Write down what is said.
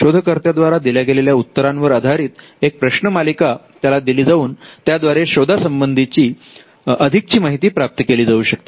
शोधकर्त्या द्वारा दिल्या गेलेल्या उत्तरांवर आधारित एक प्रश्न मालिका त्याला दिली जाऊन त्याद्वारे शोधा संबंधी अधिक ची माहिती प्राप्त केली जाऊ शकते